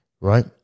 right